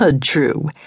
True